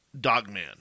Dogman